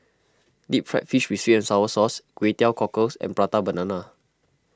Deep Fried Fish with Sweet and Sour Sauce Kway Teow Cockles and Prata Banana